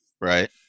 right